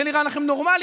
זה נראה לכם נורמלי?